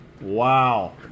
Wow